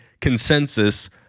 consensus